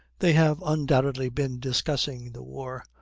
they have undoubtedly been discussing the war,